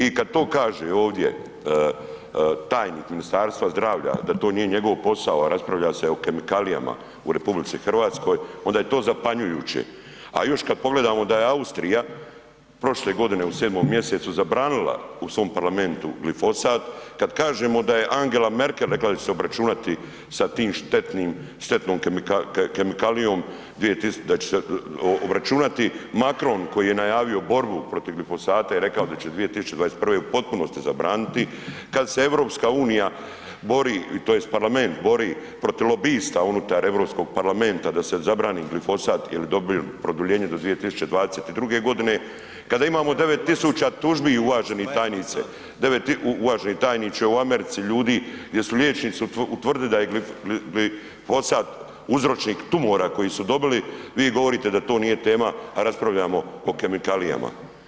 I kad to kaže ovdje tajnik Ministarstva zdravlja da to nije njegov posao, a raspravlja se o kemikalijama u Republici Hrvatskoj, onda je to zapanjujuće, a još kad pogledamo da je Austrija prošle godine u sedmom mjesecu zabranila u svom Parlamentu glifosat, kad kažemo da je Angela Merkel rekla da će se obračunat sa tim štetnim, štetnom kemikalijom, da će se obračunati Macron koji je najavio borbu protiv glifosata i rekao da će 2021. u potpunosti zabraniti, kad se Europska unija bori to jest Parlament bori protiv lobista unutar Europskog parlamenta da se zabrani glifosat ... dobije produljenje do 2022. godine, kada imamo devet tisuća tužbi uvaženi tajniče u Americi ljudi, gdje su liječnici utvrdili da je glifosat uzročnik tumora koji su dobili, vi govorite da to nije tema, a raspravljamo o kemikalijama.